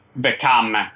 become